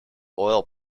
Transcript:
oil